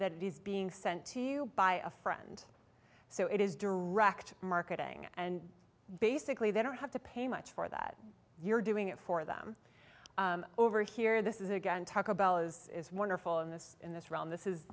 that is being sent to you by a friend so it is direct marketing and basically they don't have to pay much for that you're doing it for them over here this is again taco bell as is wonderful in this in this realm this is